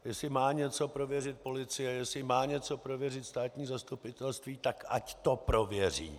Jestli má něco prověřit policie, jestli má něco prověřit státní zastupitelství, tak ať to prověří.